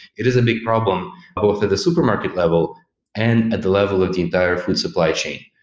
it is a big problem both at the supermarket level and at the level of the entire food supply chain.